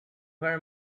where